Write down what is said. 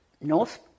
north